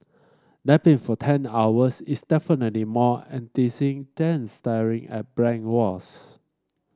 napping for ten hours is definitely more enticing than staring at blank walls